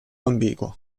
ambiguo